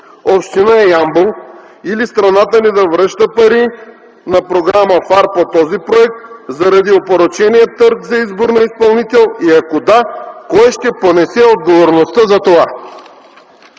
община Ямбол или страната ни да връща пари на Програма ФАР по този проект заради опорочения търг за избор на изпълнител и ако да, кой ще понесе отговорността за това?